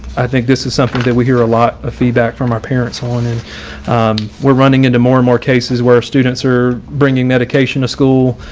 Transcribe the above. i think this is something that we hear a lot of feedback from our parents on. and we're running into more and more cases where students are bringing medication to school,